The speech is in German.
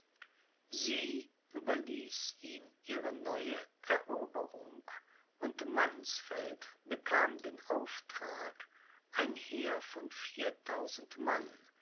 sie überließ ihm ihre neue eroberung und mannsfeld bekam den auftrag ein heer von viertausend mann